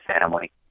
family